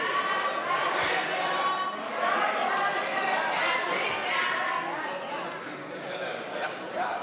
תקנות סמכויות מיוחדות להתמודדות עם נגיף הקורונה החדש (הוראת שעה)